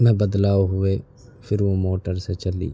میں بدلاؤ ہوئے پھر وہ موٹر سے چلی